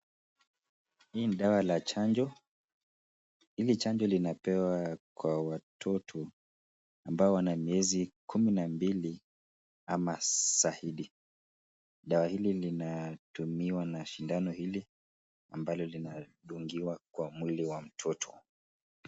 Hii ni dawa la chanjo. Hili chanjo linapewa kwa watoto ambao wana miezi kumi na mbili ama zaidi. Dawa hili linatumiwa na sindano hili ambalo linadungiwa kwa mwili wa mtoto.